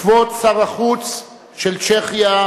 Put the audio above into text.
כבוד שר החוץ של צ'כיה,